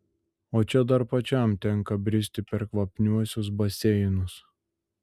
o čia dar pačiam tenka bristi per kvapniuosius baseinus